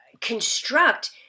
construct